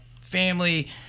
family